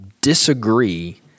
disagree